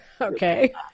Okay